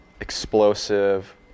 explosive